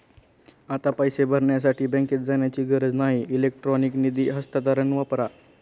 आता पैसे भरण्यासाठी बँकेत जाण्याची गरज नाही इलेक्ट्रॉनिक निधी हस्तांतरण वापरा